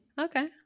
Okay